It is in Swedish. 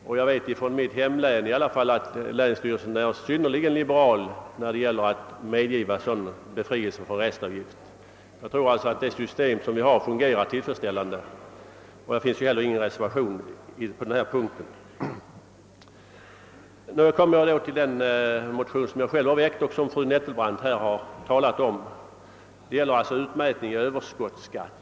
Och jag vet att i varje fall i mitt hemlän är länsstyrelsen synnerligen liberal när det gäller att medgiva sådan befrielse från restavgift. — Jag tror alltså att det system vi har fungerar tillfredsställande. Någon reservation har ju heller inte avgivits på denna punkt. Jag övergår så till den motion som jag själv väckt och som fru Nettelbrandt redan talat om. Den gäller utmätning i överskottsskatt.